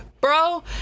bro